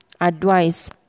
Advice